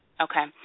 Okay